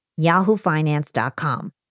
yahoofinance.com